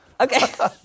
Okay